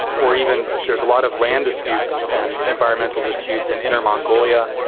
or even there's a lot of land disputes and environmental disputes in inner mongolia.